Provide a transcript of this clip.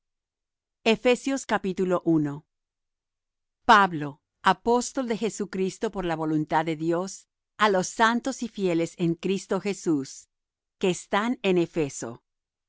pablo apóstol de jesucristo por la voluntad de dios á los santos y fieles en cristo jesús que están en efeso